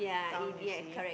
town you see